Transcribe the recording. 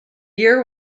year